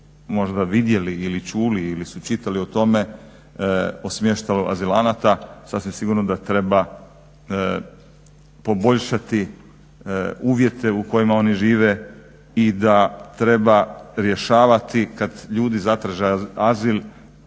možda vidjeli ili čuli ili su čitali o tome o smještaju azilanata sasvim sigurno da treba poboljšati uvjete u kojima oni žive i da treba rješavati kad ljudi zatraže azil